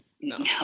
No